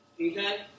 Okay